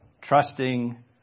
trusting